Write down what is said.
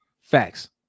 Facts